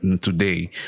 today